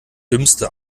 dümmste